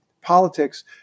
politics